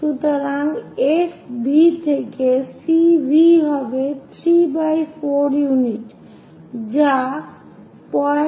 সুতরাং F V থেকে C V হবে 3 by 4 ইউনিট যা 075